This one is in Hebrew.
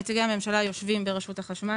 נציגי הממשלה יושבים ברשות החשמל